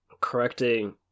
correcting